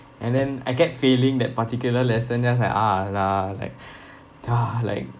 and then I kept failing that particular lesson then I was like !alah! like !duh! like